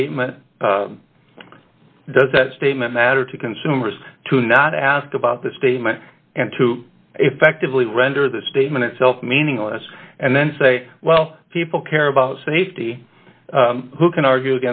statement does that statement matter to consumers to not ask about the statement and to effectively render the statement itself meaningless and then say well people care about safety who can argue